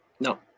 No